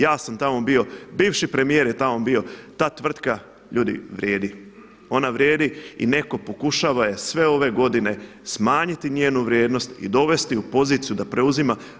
Ja sam tamo bio, bivši premijer je tamo bio, ta tvrtka ljudi vrijedi, ona vrijedi i neko je pokušava sve ove godine smanjiti njenu vrijednost i dovesti u poziciju da preuzima.